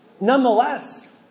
Nonetheless